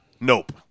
Nope